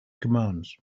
commands